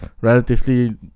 relatively